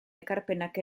ekarpenak